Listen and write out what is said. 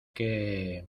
que